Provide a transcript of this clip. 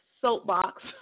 soapbox